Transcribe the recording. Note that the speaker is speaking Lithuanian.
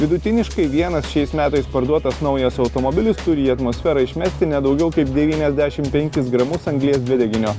vidutiniškai vienas šiais metais parduotas naujas automobilis turi į atmosferą išmesti ne daugiau kaip devyniasdešim penkis gramus anglies dvideginio